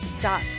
dot